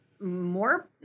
more